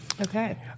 Okay